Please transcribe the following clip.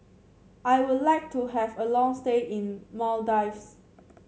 I would like to have a long stay in Maldives